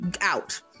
out